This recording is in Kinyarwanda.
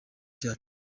cyacu